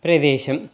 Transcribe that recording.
ప్రదేశం